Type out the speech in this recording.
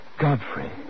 Godfrey